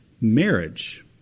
marriage